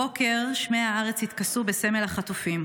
הבוקר שמי הארץ התכסו בסמל החטופים.